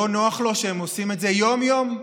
לא נוח לו שהם עושים את זה יום-יום,